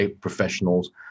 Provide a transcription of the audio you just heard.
professionals